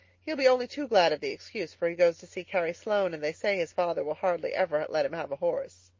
he'll be only too glad of the excuse, for he goes to see carrie sloane and they say his father will hardly ever let him have a horse.